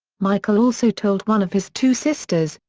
michael also told one of his two sisters,